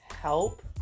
help